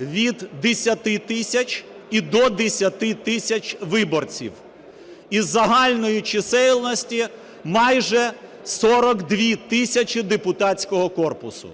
від 10 тисяч і до 10 тисяч виборців із загальної чисельності майже 42 тисячі депутатського корпусу.